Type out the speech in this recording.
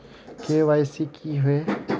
KYC की हिये है?